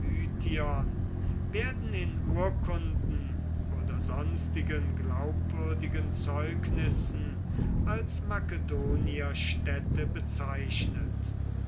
werden in urkunden oder sonstigen glaubwürdigen zeugnissen als makedonierstädte bezeichnet